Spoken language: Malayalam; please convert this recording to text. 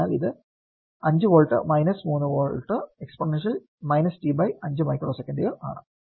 അതിനാൽ ഇത് 5 volt 3 volt exponential t by 5 micro സെക്കന്റുകൾ ആണ്